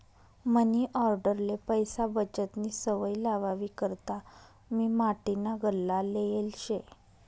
मनी आंडेरले पैसा बचतनी सवय लावावी करता मी माटीना गल्ला लेयेल शे